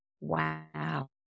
Wow